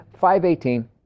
5.18